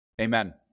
Amen